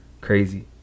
Crazy